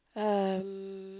um